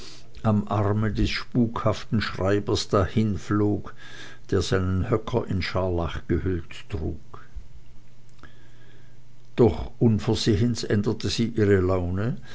am arme des spukhaften schreibers dahinflog der seinen höcker in scharlach gehüllt trug doch unversehens änderte sie ihre laune